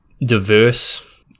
diverse